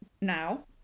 now